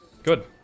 Good